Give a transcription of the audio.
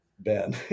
Ben